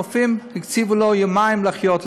הרופאים הקציבו לו יומיים לחיות,